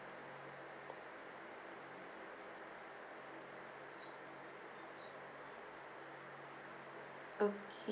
okay